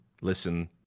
listen